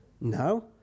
No